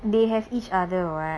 they have each other what